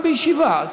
נעשה אותן בישיבה,